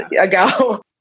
ago